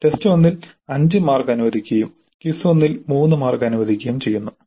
test 1 ൽ 5 mark അനുവദിക്കുകയും quiz 1 ൽ 3 മാർക്ക് അനുവദിക്കുകയും ചെയ്യുന്നു